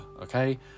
okay